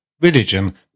religion